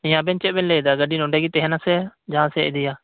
ᱟᱵᱮᱱ ᱪᱮᱫ ᱵᱮᱱ ᱞᱟᱹᱭᱮᱫᱟ ᱜᱟᱹᱰᱤ ᱱᱚᱸᱰᱮ ᱜᱮ ᱛᱟᱦᱮᱸᱱᱟ ᱥᱮ ᱡᱟᱦᱟᱸ ᱥᱮᱡ ᱤᱫᱤᱭᱟ